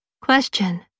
Question